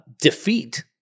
defeat